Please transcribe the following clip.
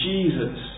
Jesus